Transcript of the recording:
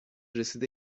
رسیده